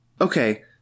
Okay